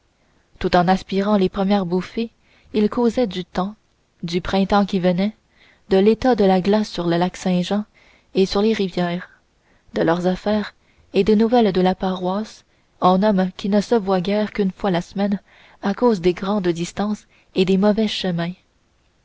tout en aspirant les premières bouffées ils causaient du temps du printemps qui venait de l'état de la glace sur le lac saint-jean et sur les rivières de leurs affaires et des nouvelles de la paroisse en hommes qui ne se voient guère qu'une fois la semaine à cause des grandes distances et des mauvais chemins